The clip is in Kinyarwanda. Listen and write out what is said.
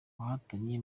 wahatanye